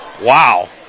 wow